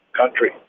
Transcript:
country